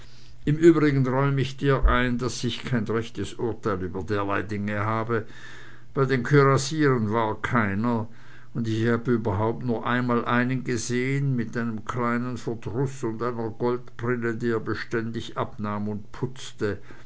im übrigen räum ich dir ein daß ich kein rechtes urteil über derlei dinge habe bei den kürassieren war keiner und ich habe überhaupt nur einmal einen gesehen mit einem kleinen verdruß und einer goldbrille die er beständig abnahm und putzte